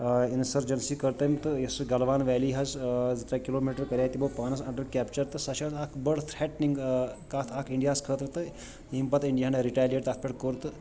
آ اِنسٔرجَنسی کٔر تٔمۍ تہٕ یُس سُہ گلوان ویلی حظ زٕ ترٛےٚ کِلوٗ میٖٹر کَریٛاو تِمو پانَس اَنڈَر کیپچَر تہٕ سۄ چھےٚ حظ اَکھ بٔڈ تھرٛیٹنِنٛگ کَتھ اَکھ اِنڈیاہَس خٲطرٕ تہٕ ییٚمہِ پَتہٕ اِنڈیاہَن رِٹیلیٹ تَتھ پیٚٹھ کوٚر تہٕ